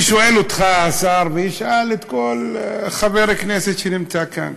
אני שואל אותך, השר, ואשאל כל חבר כנסת שנמצא כאן: